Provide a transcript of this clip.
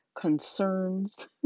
concerns